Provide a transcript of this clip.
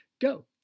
go